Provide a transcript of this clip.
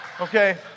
okay